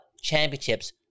championships